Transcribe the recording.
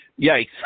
yikes